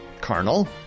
carnal